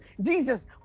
Jesus